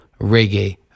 reggae